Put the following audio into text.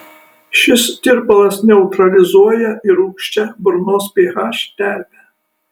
šis tirpalas neutralizuoja ir rūgščią burnos ph terpę